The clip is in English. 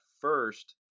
first